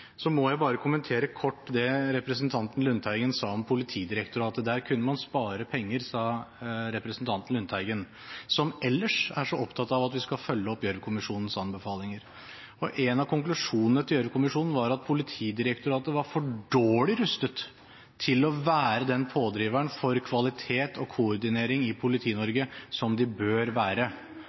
Så må jeg kommentere kort det representanten Lundteigen sa om Politidirektoratet. Der kunne man spare penger, sa representanten Lundteigen, som ellers er så opptatt av at vi skal følge opp Gjørv-kommisjonens anbefalinger. En av konklusjonene til Gjørv-kommisjonen var at Politidirektoratet var for dårlig rustet til å være den pådriveren for kvalitet og koordinering i Politi-Norge som de bør være.